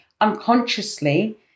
unconsciously